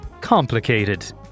complicated